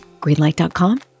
Greenlight.com